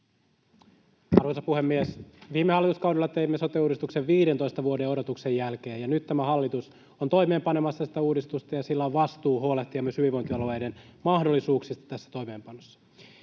Arvoisa puhemies! Viime hallituskaudella teimme sote-uudistuksen 15 vuoden odotuksen jälkeen, ja nyt tämä hallitus on toimeenpanemassa sitä uudistusta, ja sillä on vastuu huolehtia myös hyvinvointialueiden mahdollisuuksista tässä toimeenpanossa.